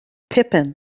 pippin